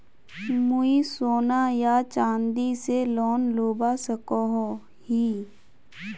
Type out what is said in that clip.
मुई सोना या चाँदी से लोन लुबा सकोहो ही?